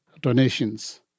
donations